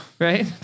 Right